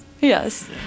Yes